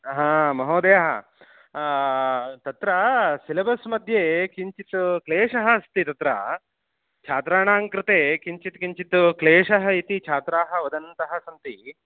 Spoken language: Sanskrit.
महोदयः तत्र सिलेबस् मध्ये किञ्चित् क्लेशः अस्ति तत्र छात्राणां कृते किञ्चित् किञ्चित् क्लेशः इति छात्राः वदन्तः सन्ति